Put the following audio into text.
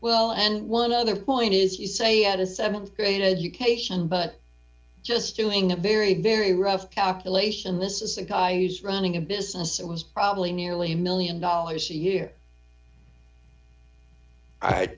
well and one other point is you say you had a th grade education but just doing a very very rough calculation this is a guy who's running a business it was probably nearly a one million dollars a year